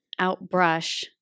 outbrush